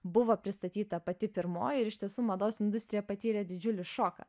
buvo pristatyta pati pirmoji ir iš tiesų mados industrija patyrė didžiulį šoką